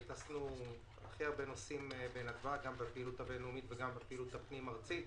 הטסנו הכי הרבה נוסעים גם בפעילות הבין לאומית וגם בפעילות הפנים ארצית.